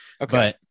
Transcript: Okay